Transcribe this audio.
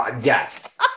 yes